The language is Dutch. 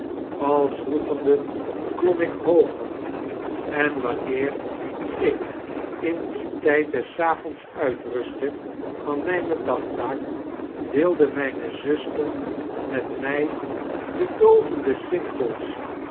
al zwoegende klom ik hooger en wanneer ik in dien tdjd des avonds uitrustte van mijne dagtaak deelde mijne zuoter met mij de doovende sintels